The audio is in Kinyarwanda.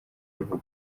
bivugwa